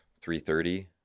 3.30